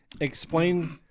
Explain